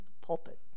pulpit